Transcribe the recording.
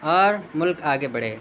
اور ملک آگے بڑھے